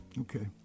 Okay